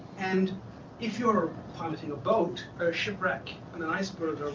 and if you're piloting a boat or a ship wreck and an iceberg